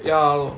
ya lor